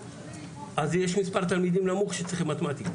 אז יש מספר תלמידים נמוך שצריכים מתמטיקה,